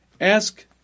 ask